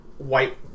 White